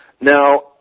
Now